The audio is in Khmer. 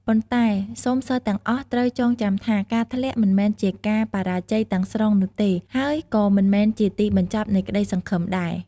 ប៉ុន្តែ សូមសិស្សទាំងអស់ត្រូវចងចាំថា ការធ្លាក់មិនមែនជាការបរាជ័យទាំងស្រុងនោះទេ ហើយក៏មិនមែនជាទីបញ្ចប់នៃក្តីសង្ឃឹមដែរ។